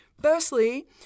firstly